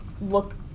look